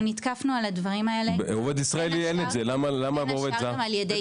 אנחנו נתקפנו על הדברים האלה, בין השאר גם על ידי